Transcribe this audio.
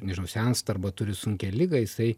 nežinau sensta arba turi sunkią ligą jisai